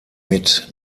mit